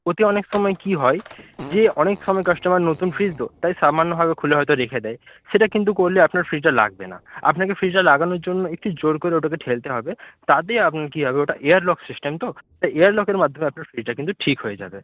ওতে অনেক সময় কী হয় যে অনেক সময় কাস্টমার নতুন ফ্রিজ তো তাই সামান্যভাবে হয়তো খুলে হয়তো রেখে দেয় সেটা কিন্তু করলে আপনার ফ্রিজটা লাগবে না আপনাকে ফ্রিজটা লাগানোর জন্য একটু জোর করে ওটাকে ঠেলতে হবে তাতে আপনার কী হবে ওটা এয়ার লক সিস্টেম তো তাই এয়ার লকের মাধ্যমে আপনার ফ্রিজটা কিন্তু ঠিক হয়ে যাবে